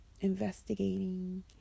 investigating